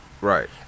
Right